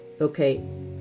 okay